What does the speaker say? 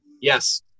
Yes